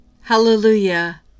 Hallelujah